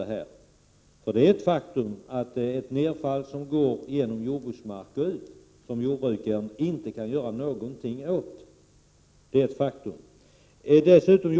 Det är ju ett faktum att nedfall från luften går genom jordbruksmarken, ut i havet. Det kan inte jordbruket göra någonting åt. Det är ett faktum.